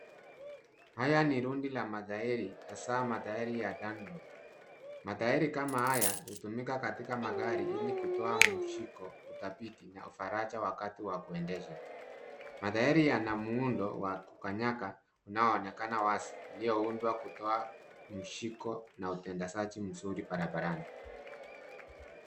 Haya ni rundi la matairi hasa matairi ya danlo , matairi kama haya utumika katika magari ili kutoa mshiko na faraja wakati wa kuendesha matairi yana muhundo wa kukanyaka unaonekana wasi pia uhundwa kutoa mshiko na mtendasaji mzuri barabarani